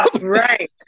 Right